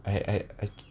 I I